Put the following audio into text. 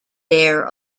their